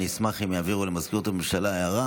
יבגני סובה,